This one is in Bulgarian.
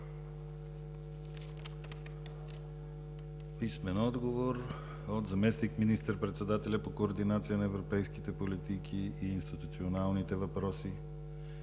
писмен отговор от заместник министър-председателя по координация на европейските политики и институционалните въпроси